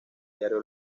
diario